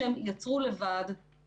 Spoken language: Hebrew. שהילדים ייראו גם את הבעות הפנים של המורה,